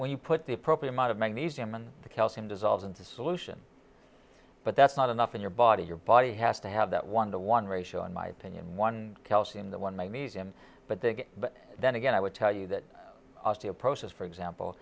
when you put the appropriate amount of magnesium and the calcium dissolves into solution but that's not enough in your body your body has to have that one to one ratio in my opinion one calcium the one my medium but big but then again i would tell you that osteoporosis for example